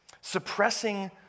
Suppressing